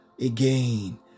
again